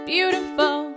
Beautiful